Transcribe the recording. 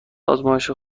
آزمایش